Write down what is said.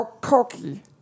Cocky